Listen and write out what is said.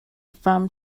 from